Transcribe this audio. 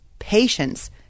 patience